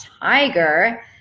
tiger